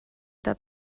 that